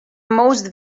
most